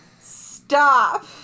Stop